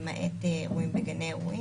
למעט אירועים בגני אירועים.